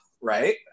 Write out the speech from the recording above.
right